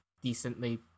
decently